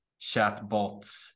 chatbots